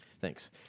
Thanks